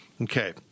Okay